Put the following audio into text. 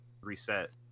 reset